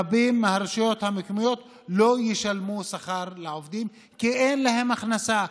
רבות מהרשויות המקומיות לא ישלמו שכר לעובדים כי אין להן הכנסה,